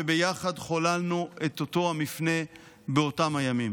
וביחד חוללנו את אותו המפנה באותם הימים.